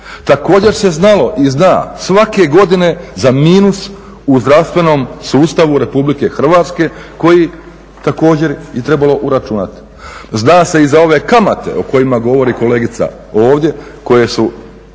Također se znalo i zna svake godine za minus u zdravstvenom sustavu Republike Hrvatske koji također je trebalo uračunati. Zna se i za ove kamate o kojima govori kolegica ovdje koje su